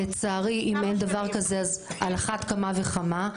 לצערי, אם אין דבר כזה אז על אחת כמה וכמה,